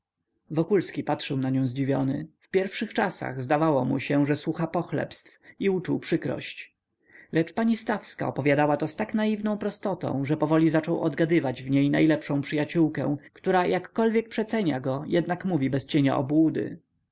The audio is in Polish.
wokulski patrzył na nią zdziwiony w pierwszych czasach zdawało mu się że słucha pochlebstw i uczuł przykrość lecz pani stawska opowiadała to z tak naiwną prostotą że powoli zaczął odgadywać w niej najlepszą przyjaciółkę która jakkolwiek przecenia go jednak mówi bez cienia obłudy